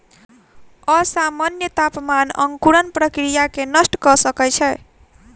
असामन्य तापमान अंकुरण प्रक्रिया के नष्ट कय सकै छै